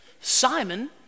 Simon